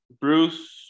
Bruce